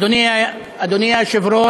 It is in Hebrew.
אדוני היושב-ראש,